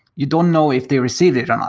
you don't know if they received it or not,